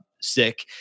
sick